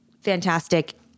fantastic